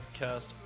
Podcast